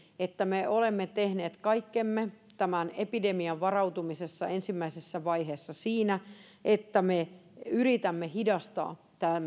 että me olemme tehneet kaikkemme tähän epidemiaan varautumisen ensimmäisessä vaiheessa siinä että me yritämme hidastaa